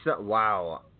Wow